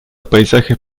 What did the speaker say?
paisajes